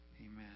Amen